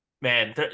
man